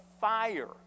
fire